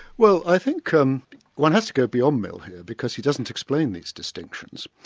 well i think um one has to go beyond mill here, because he doesn't explain these distinctions.